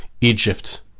Egypt